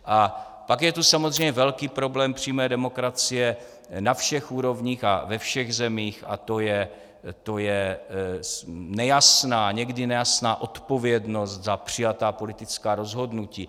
A pak je tu samozřejmě velký problém přímé demokracie na všech úrovních a ve všech zemích, a to je nejasná, někdy nejasná odpovědnost za přijatá politická rozhodnutí.